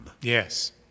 yes